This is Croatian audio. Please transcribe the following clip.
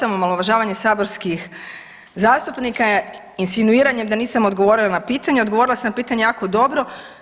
Čl. 238. omalovažavanje saborskih zastupnika insinuiranjem da nisam odgovorila na pitanje, odgovorila sam na pitanje jako dobro.